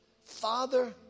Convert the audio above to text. Father